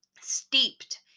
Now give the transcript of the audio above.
steeped